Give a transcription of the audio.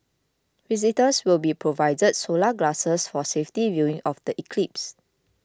visitors will be provided solar glasses for safety viewing of the eclipse